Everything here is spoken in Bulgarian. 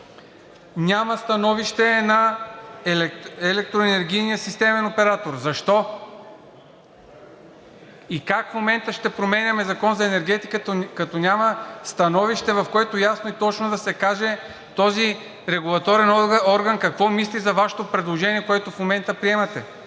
Няма становище на Електроенергийния системен оператор. Защо? И как в момента ще променяме Закона за енергетиката, като няма становище, в което ясно и точно да се каже този регулаторен орган какво мисли за Вашето предложение, което в момента приемате?